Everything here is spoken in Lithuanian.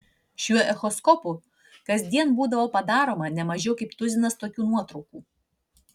šiuo echoskopu kasdien būdavo padaroma ne mažiau kaip tuzinas tokių nuotraukų